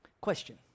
question